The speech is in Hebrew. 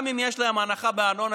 גם אם יש לה הנחה בארנונה,